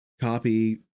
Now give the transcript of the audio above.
copy